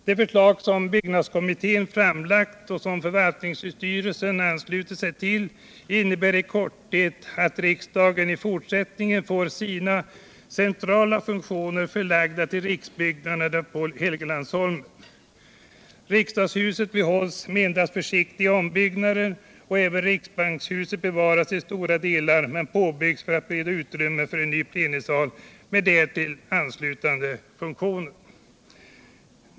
Det förslag som byggnadskommittén framlagt och som förvaltningsstyrelsen anslutit sig till innebär i korthet att riksdagen i fortsättningen får sina centrala funktioner förlagda till riksbyggnaderna på Helgeandsholmen. Riksdagshuset behålles med endast försiktiga ombyggnader. Även riksbankshuset bevaras till stora delar men påbyggs för att bereda utrymme för en ny plenisal med därtill anslutande funktioner.